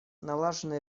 налажены